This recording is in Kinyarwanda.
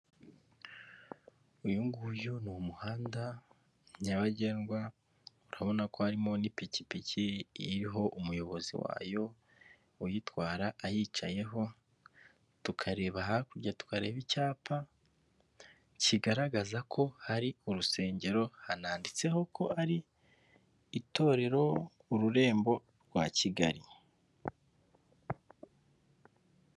Uyu nguyu ni umuhanda nyabagendwa urabona ko harimo n'ipikipiki iriho umuyobozi wayo uyitwara ayicayeho, tukareba hakurya tukareba icyapa kigaragaza ko hari urusengero hananditseho ko ari itorero ururembo rwa kigali.